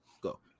go